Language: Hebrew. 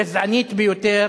הגזענית ביותר,